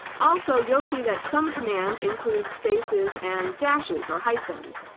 also, you'll see that some commands include spaces and dashes or hyphens.